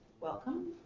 welcome